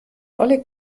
oleg